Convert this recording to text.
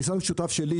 הניסיון המשותף שלי,